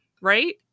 right